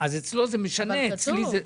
אצלו זה משנה ואצלי לא.